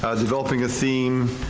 developing a theme,